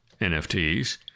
NFTs